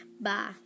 Bye